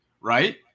right